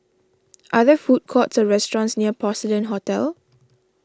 are there food courts or restaurants near Porcelain Hotel